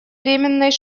временной